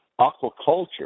aquaculture